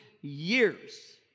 years